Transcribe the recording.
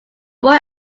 boy